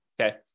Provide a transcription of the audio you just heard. okay